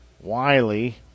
Wiley